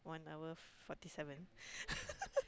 okay one hour forty seven